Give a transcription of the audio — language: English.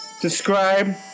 describe